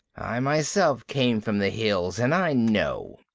i myself came from the hills, and i know.